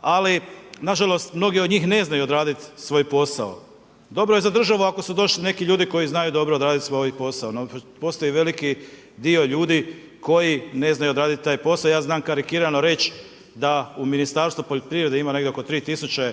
ali nažalost mnogi od njih ne znaju odraditi svoj posao. Dobro je za državu ako su došli neki ljudi koji znaju dobro odraditi svoj posao no postoji veliki dio ljudi koji ne znaju odraditi taj posao, ja znam karikirano reć da u Ministarstvu poljoprivrede ima negdje oko 3000